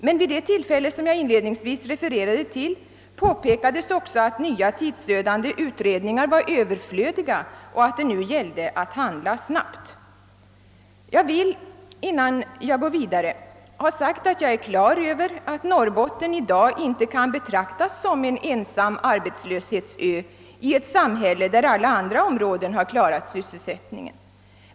Men vid det tillfälle som jag inledningsvis refererade till påpekades också att nya tidsödande utredningar var överflödiga och att det nu gällde att handla snabbt. Jag vill, innan jag går vidare, ha sagt att jag är på det klara med att Norrbotten i dag inte kan betraktas som en ensam arbetslöshetsö i ett samhälle där alla andra områden har klarat sysselsättningen.